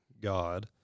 God